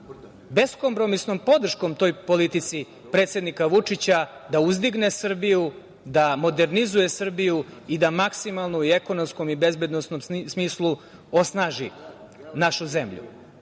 beskompromisnom podrškom toj politici predsednika Vučića da uzdigne Srbiju, da modernizuje Srbiju i da maksimalno u ekonomskom i bezbednosnom smislu osnaži našu zemlju. Da